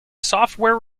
software